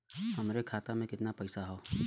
हमरे खाता में कितना पईसा हौ?